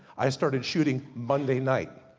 i started shooting monday night.